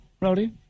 Rowdy